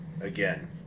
again